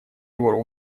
его